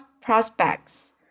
prospects